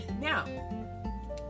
Now